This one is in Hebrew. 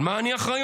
על מה אני אחראי?